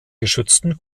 geschützten